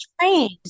trained